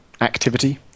activity